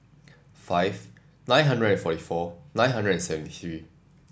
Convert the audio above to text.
five nine hundred and forty four nine hundred and seven three